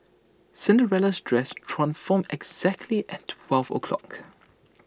Cinderella's dress transformed exactly at twelve o'clock